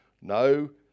no